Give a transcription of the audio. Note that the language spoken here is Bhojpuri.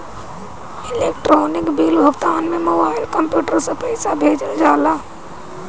इलेक्ट्रोनिक बिल भुगतान में मोबाइल, कंप्यूटर से पईसा भेजल जाला